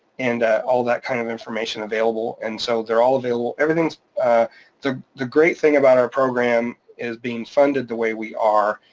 and all that kind of information available, and so they're all available. the the great thing about our program is being funded the way we are,